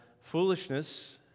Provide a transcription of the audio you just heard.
foolishness